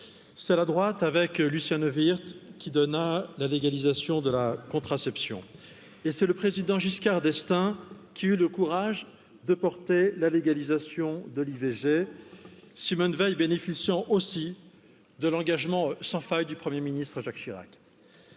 c'est la droite avec lucien levert qui donna la légalisation de la contraception et c'est le président giscard d'estaing qui a eu le courage de porter la légalisation de l'ivg simone veil bénéficiant aussi de l'engagement sans faille du premier ministre jacques chirac